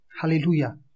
Hallelujah